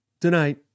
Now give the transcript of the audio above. tonight